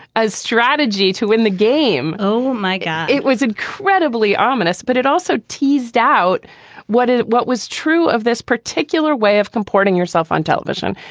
a strategy to win the game. oh, my god. it was incredibly ominous, but it also teased out what it what was true of this particular way of comporting herself on television.